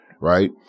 right